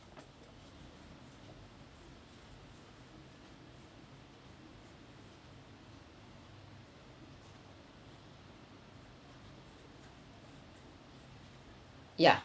ya